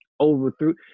overthrew